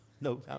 No